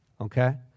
Okay